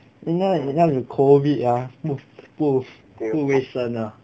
then now you now you COVID ah 不不不卫生啊